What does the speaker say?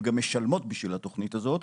הן גם משלמות בשביל התוכנית הזאת.